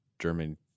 German